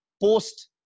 post